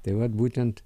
tai vat būtent